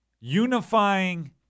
Unifying